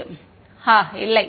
மாணவர் ஹா இல்லை